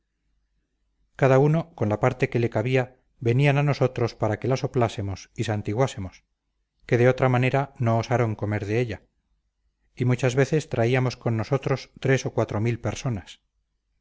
cada uno con la parte que le cabía venían a nosotros para que la soplásemos y santiguásemos que de otra manera no osaran comer de ella y muchas veces traíamos con nosotros tres o cuatro mil personas